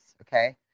Okay